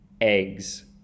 eggs